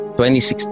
2016